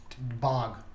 Bog